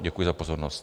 Děkuji za pozornost.